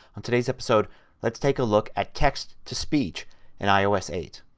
on today's episode let's take a look at text-to-speech in ios eight.